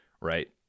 right